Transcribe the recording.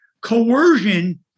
coercion